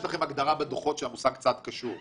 יש לכם הגדרה בדוחות של המושג צד קשור.